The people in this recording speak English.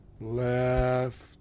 Left